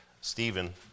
Stephen